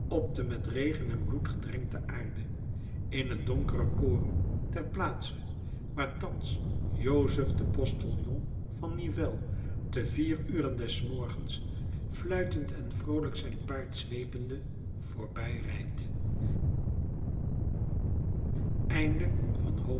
op de met regen en bloed gedrenkte aarde in het donkere koren ter plaatse waar thans jozef de postiljon van nivelles te vier uren des morgens fluitend en vroolijk zijn paard zweepende voorbij rijdt